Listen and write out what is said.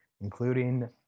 Including